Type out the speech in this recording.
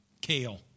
kale